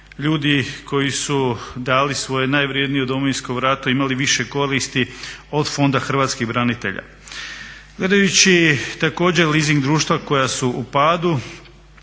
ljudi koji su dali svoje najvrednije u Domovinskom ratu imali više koristi od Fonda hrvatskih branitelja. Gledajući također leasing društva koja su u padu,